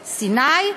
סיני,